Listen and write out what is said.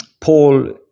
Paul